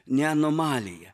ne anomalija